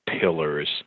pillars